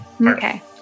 Okay